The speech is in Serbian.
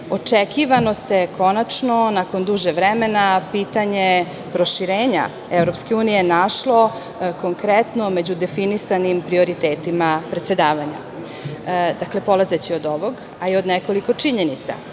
očekivano se konačno, nakon dužeg vremena, pitanje proširenja EU našlo konkretno među definisanim prioritetima predsedavanja. Dakle, polazeći od ovog, a i od nekoliko činjenica,